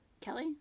Kelly